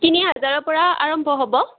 তিনি হাজাৰৰ পৰা আৰম্ভ হ'ব